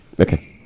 Okay